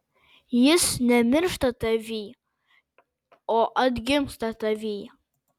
jis nemiršta tavyj o atgimsta tavyj